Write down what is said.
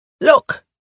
look